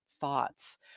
thoughts